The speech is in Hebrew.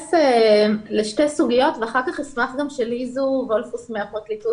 להתייחס לשתי סוגיות ואחר כך אשמח שלי-זו וולפוס מהפרקליטות